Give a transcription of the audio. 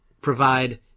provide